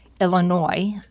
Illinois